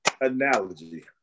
analogy